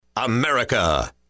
America